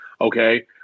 Okay